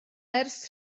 ers